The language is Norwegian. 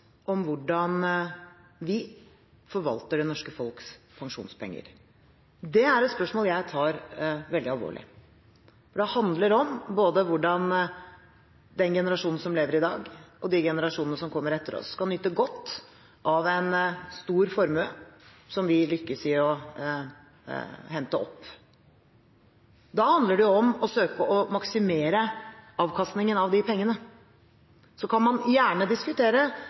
om hvordan vi forvalter det norske folks pensjonspenger. Det er et spørsmål jeg tar veldig alvorlig, for det handler om hvordan både den generasjonen som lever i dag, og de generasjonene som kommer etter oss, skal nyte godt av en stor formue som vi lykkes i å hente opp. Da handler det om å søke å maksimere avkastningen på de pengene. Så kan man gjerne diskutere